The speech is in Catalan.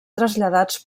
traslladats